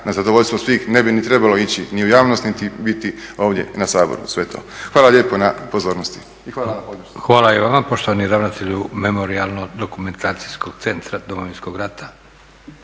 na zadovoljstvo svih, ne bi trebalo ići, ni u javnost, niti biti ovdje na Saboru sve to. Hvala lijepo na pozornosti i hvala na podršci. **Leko, Josip (SDP)** Hvala i vama poštovani ravnatelju Memorijalno dokumentacijskog centra Domovinskog rata.